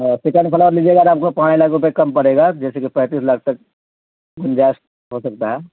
second floor لیجیے گا آپ کو پانچ لاکھ روپئے کم پڑے گا جیس کہ پینتیس لاکھ تک گنجاش ہو سکتا ہے